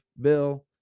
Bill